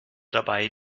dabei